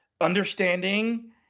understanding